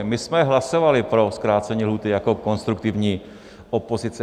My jsme hlasovali pro zkrácení lhůty jako konstruktivní opozice.